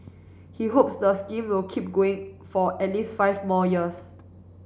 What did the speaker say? he hopes the scheme will keep going for at least five more years